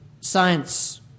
science